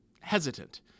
hesitant